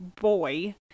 boy